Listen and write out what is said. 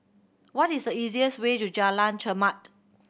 what is the easiest way to Jalan Chermat